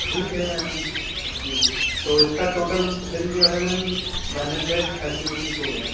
ठीक है मैम जी तो इसका टोटल बिल जो है ma'am one hundred thirty rupees हो गए